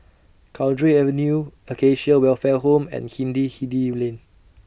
Cowdray Avenue Acacia Welfare Home and Hindhede Lane